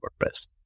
WordPress